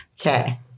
okay